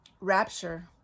rapture